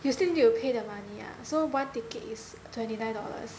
you still need to pay the money ah so one ticket is twenty nine dollars